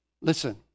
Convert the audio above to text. Listen